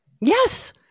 Yes